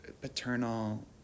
paternal